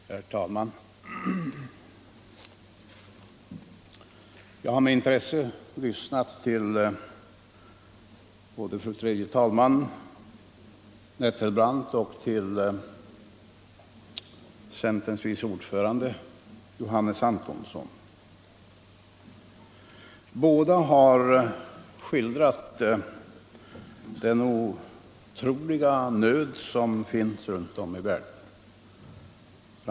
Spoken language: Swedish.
Herr talman! Jag har med intresse lyssnat på både fru tredje vice talmannen Nettelbrandt och centerns vice ordförande herr Antonsson. Båda har skildrat den otroliga nöd som finns runt om i världen.